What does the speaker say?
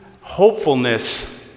hopefulness